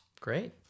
Great